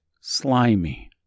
slimy